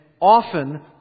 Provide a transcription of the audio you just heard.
often